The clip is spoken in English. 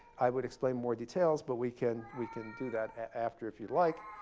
i would explain more details. but we can we can do that after, if you'd like.